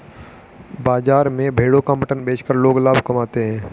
बाजार में भेड़ों का मटन बेचकर लोग लाभ कमाते है